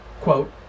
quote